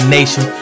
Nation